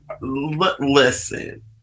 listen